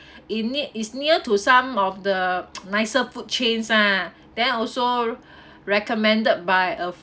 and it is near to some of the nicer food chains ah then also recommended by a